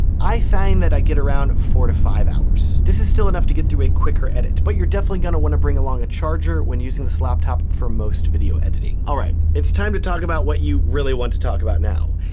i find that i get around four to five hours. this is still enough to get through a quicker edit, but you're definitely gonna want to bring along a charger when using this laptop for most video editing. it's time to talk about what you really want to talk about now,